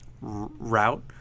route